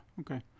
okay